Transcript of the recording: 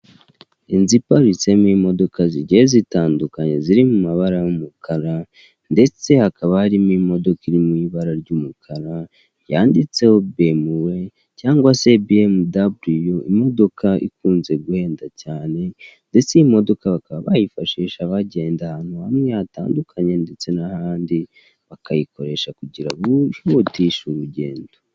Inzu iparitsemo imodoka zigiye zitandukanye ziri mu mabara y'umukara, ndetse hakaba harimo imodoka iri mw'ibara ry'umukara yanditseho bemuwe cyangwa se BMW imodoka ikunze guhenda cyane ndetse imodoka bakaba bayifashisha bagenda ahantu hamwe hatandukanye, ndetse n'ahandi bakayikoresha kugirango bihutishe urugendo.